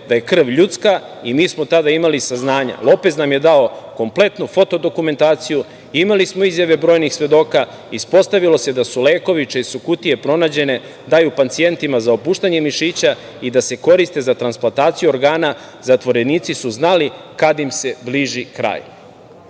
da je krv ljudska i mi smo tada imali saznanja, Lopez nam je dao kompletnu foto-dokumentaciju, imali smo izjave brojnih svedoka, ispostavilo se da se lekovi, čije su kutije pronađene daju pacijentima za opuštanje mišića i da se koriste za transplantaciju organa, zatvorenici su znali kad im se bliži